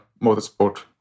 motorsport